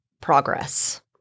Progress